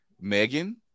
Megan